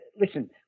listen